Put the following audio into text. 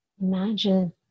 Imagine